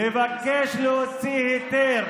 לבקש להוציא היתר